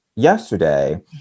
Yesterday